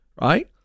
Right